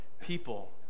people